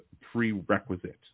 prerequisite